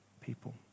people